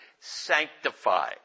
sanctify